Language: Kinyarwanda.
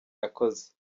yakoze